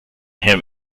him